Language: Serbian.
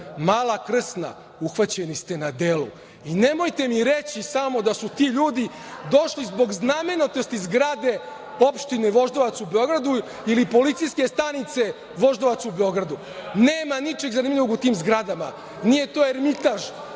Mala Krsna, uhvaćeni ste na delu. Nemojte mi reći samo da su ti ljudi došli zbog znamenitosti zgrade opštine Voždovac u Beogradu ili policijske stanice Voždovac u Beogradu. Nema ničeg zanimljivog u tim zgradama. Nije to Ermitraž.